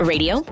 Radio